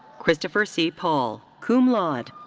christopher c. paul, cum laude.